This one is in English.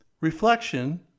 Reflection